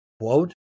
quote